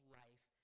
life